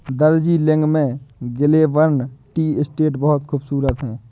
दार्जिलिंग में Glenburn tea estate बहुत खूबसूरत है